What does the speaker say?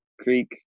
Creek